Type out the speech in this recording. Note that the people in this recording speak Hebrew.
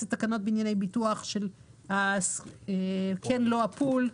אלה תקנות בענייני ביטוח של כן או לא הפול,